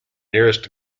nearest